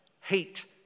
hate